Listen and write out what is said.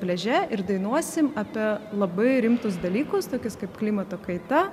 pliaže ir dainuosim apie labai rimtus dalykus tokius kaip klimato kaita